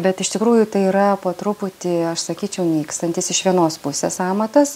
bet iš tikrųjų tai yra po truputį aš sakyčiau nykstantis iš vienos pusės amatas